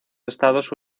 estados